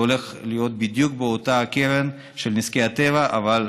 זה הולך להיות בדיוק באותה הקרן של נזקי טבע, אבל